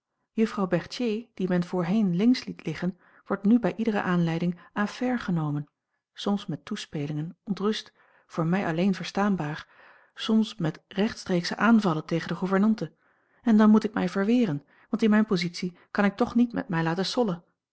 berthier die men voorheen links liet liggen wordt nu bij iedere aanleiding à faire genomen soms met toespelingen ontrust voor mij alleen verstaanbaar soms met rechtstreeksche aanvallen tegen de gouvernante en dan moet ik mij verweren want in mijne positie kan ik toch niet met mij laten sollen